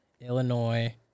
Illinois